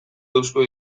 eusko